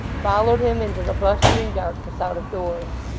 followed him into the blustering darkness out of doors.